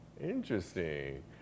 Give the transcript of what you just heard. Interesting